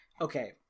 okay